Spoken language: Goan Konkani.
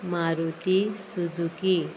मारुती सुजुकी